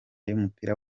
yumupira